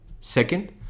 Second